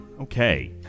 Okay